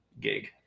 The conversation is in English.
gig